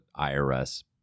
IRS